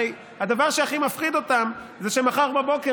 הרי הדבר שהכי מפחיד אותם הוא שמחר בבוקר